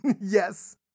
Yes